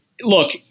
look